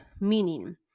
Meaning